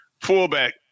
Fullback